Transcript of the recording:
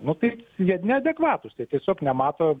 nu tai jie neadekvatūs tai tiesiog nemato